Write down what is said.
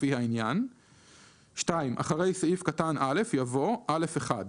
לפי העניין:"; אחרי סעיף קטן (א) יבוא: "(א1)